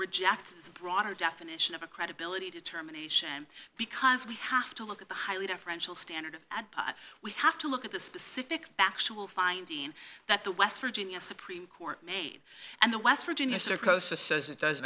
reject its broader definition of a credibility determination because we have to look at the highly deferential standard and we have to look at the specific factual finding that the west virginia supreme court made and the west virginia center cosa says it does